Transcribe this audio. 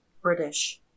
British